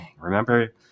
remember